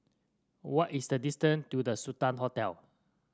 what is the distance to The Sultan Hotel